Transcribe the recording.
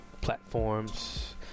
platforms